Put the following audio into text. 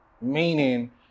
Meaning